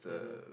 mmhmm